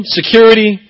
security